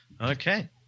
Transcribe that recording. Okay